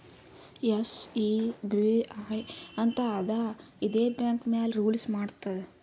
SEBI ಅಂತ್ ಅದಾ ಇದೇ ಬ್ಯಾಂಕ್ ಮ್ಯಾಲ ರೂಲ್ಸ್ ಮಾಡ್ತುದ್